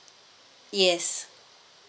yes